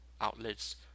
outlets